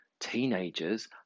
teenagers